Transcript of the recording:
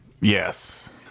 Yes